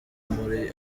muri